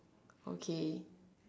okay